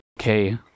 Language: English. okay